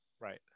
Right